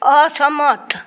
असहमत